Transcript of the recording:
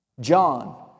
John